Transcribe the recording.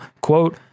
quote